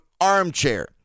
armchair